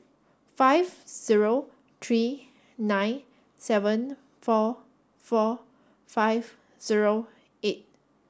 five zero three nine seven four four five zero eight